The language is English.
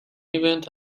event